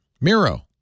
Miro